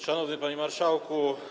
Szanowny Panie Marszałku!